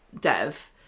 dev